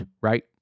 right